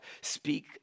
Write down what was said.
speak